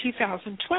2012